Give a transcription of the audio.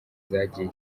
zagiye